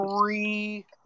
three